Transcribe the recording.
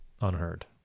unheard